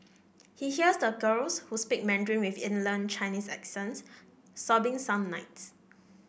he hears the girls who speak Mandarin with inland Chinese accents sobbing some nights